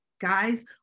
guys